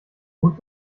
gut